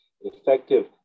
effective